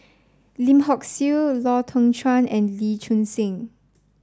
Lim Hock Siew Lau Teng Chuan and Lee Choon Seng